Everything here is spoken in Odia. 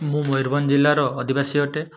ମୁଁ ମୟୂରଭଞ୍ଜ ଜିଲ୍ଲାର ଅଧିବାସୀ ଅଟେ